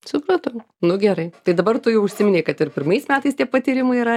supratau nu gerai tai dabar tu jau užsiminei kad ir pirmais metais tie patyrimai yra